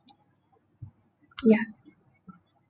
ya